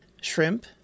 shrimp